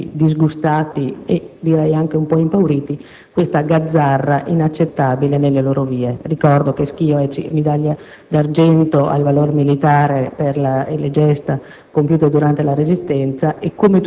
ed osservano allibiti, disgustati e direi anche un po' impauriti questa gazzarra inaccettabile nelle loro vie. Ricordo che Schio è medaglia d'argento al valore militare per le gesta